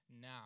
now